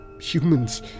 humans